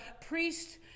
priest